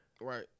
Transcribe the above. Right